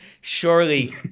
surely